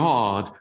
God